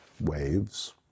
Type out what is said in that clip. Waves